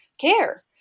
care